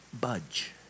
budge